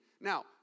Now